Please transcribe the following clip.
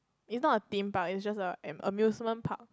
is not a Theme Park is just a an amusement park